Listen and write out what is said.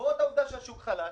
בעקבות העובדה שהשוק חלש,